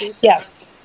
Yes